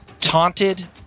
taunted